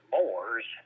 Moors